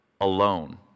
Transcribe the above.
Alone